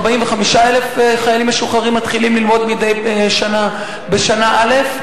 בערך 45,000 חיילים משוחררים מתחילים ללמוד בכל שנה בשנה א'.